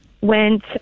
went